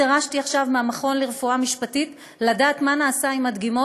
דרשתי עכשיו מהמכון לרפואה משפטית לדעת מה נעשה עם הדגימות,